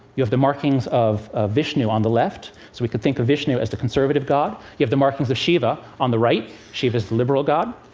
you have the markings of ah vishnu on the left, so we could think of vishnu as the conservative god. you have the markings of shiva on the right shiva's the liberal god.